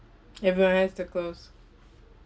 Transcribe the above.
everyone has the clothes